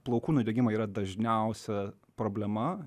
plaukų nudegimai yra dažniausia problema